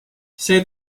see